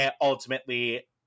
ultimately